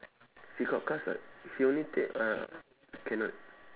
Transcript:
she got class [what] she only take ah cannot